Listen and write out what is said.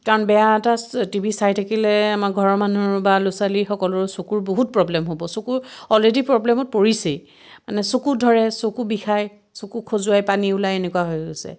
কাৰণ বেয়া এটা টি ভি চাই থাকিলে আমাৰ ঘৰৰ মানুহৰ বা ল'ৰা ছোৱালীসকলৰো চকুৰ বহুত প্ৰ'ব্লেম হ'ব চকু অলৰেডি প্ৰ'ব্লেমত পৰিছেই মানে চকুত ধৰে চকু বিষাই চকু খজুৱাই পানী ওলাই এনেকুৱা হৈ গৈছে